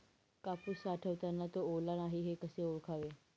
कापूस साठवताना तो ओला नाही हे कसे ओळखावे?